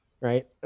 right